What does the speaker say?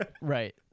Right